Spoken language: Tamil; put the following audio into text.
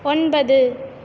ஒன்பது